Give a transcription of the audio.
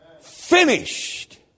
Finished